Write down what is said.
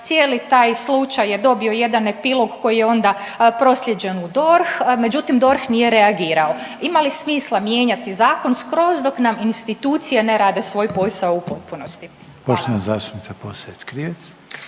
Cijeli taj slučaj je dobio jedan epilog koji je onda proslijeđen u DORH, međutim DORH nije reagirao. Ima li smisla mijenjati zakon skroz dok nam institucije ne rade svoj posao u potpunosti? Hvala. **Reiner,